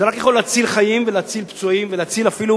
זה רק יכול להציל חיים, להציל פצועים ולהציל אפילו